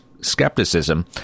skepticism